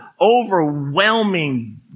overwhelming